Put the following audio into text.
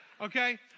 Okay